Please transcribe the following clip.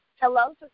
Hello